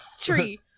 tree